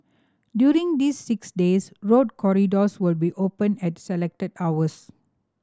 during these six days road corridors will be open at selected hours